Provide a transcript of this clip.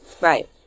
right